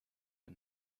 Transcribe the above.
een